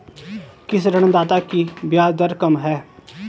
किस ऋणदाता की ब्याज दर कम है?